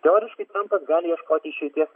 teoriškai trampas gali ieškoti išeities